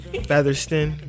Featherston